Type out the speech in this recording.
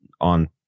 on